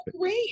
great